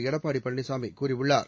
எடப்பாடி பழனிசாமி கூறியுள்ளார்